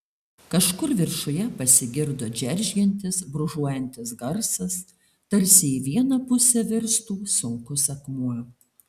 kažkur viršuje pasigirdo džeržgiantis brūžuojantis garsas tarsi į vieną pusę virstų sunkus akmuo